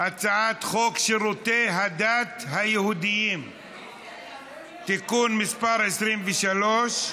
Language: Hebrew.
הצעת חוק שירותי הדת היהודיים (תיקון מס' 23)